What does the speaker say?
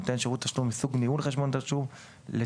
שנותן שירות תשלום מסוג ניהול חשבון תשלום לטובת